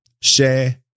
share